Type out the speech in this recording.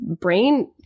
brain